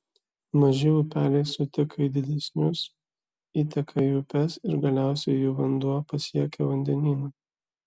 maži upeliai suteka į didesnius įteka į upes ir galiausiai jų vanduo pasiekia vandenyną